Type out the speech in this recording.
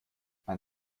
man